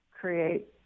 create